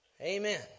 Amen